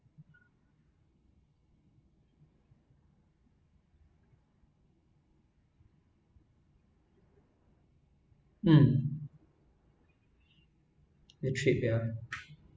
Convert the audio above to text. um the trip ya